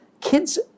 kids